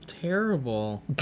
terrible